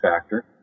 factor